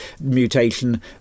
mutation